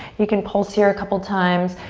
you can pulse here a couple times,